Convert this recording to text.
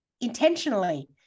intentionally